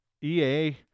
EA